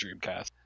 Dreamcast